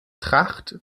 tracht